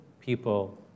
people